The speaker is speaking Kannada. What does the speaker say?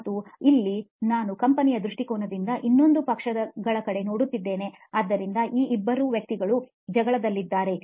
ಮತ್ತು ಇಲ್ಲಿ ನಾನು ಕಂಪನಿಯ ದೃಷ್ಟಿಕೋನದಿಂದ ಇನ್ನೊಂದು ಪಕ್ಷಗಳ ಕಡೆ ನೋಡುತ್ತಿದ್ದೇನೆ ಆದ್ದರಿಂದ ಈ ಇಬ್ಬರು ವ್ಯಕ್ತಿಗಳು ಜಗಳದಲ್ಲಿದ್ದಾರೆ